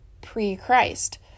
pre-Christ